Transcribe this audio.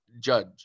judge